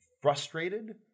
frustrated